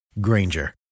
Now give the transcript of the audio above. Granger